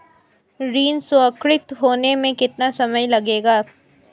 ऋण स्वीकृत होने में कितना समय लगेगा?